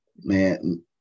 Man